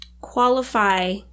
qualify